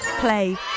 play